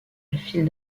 file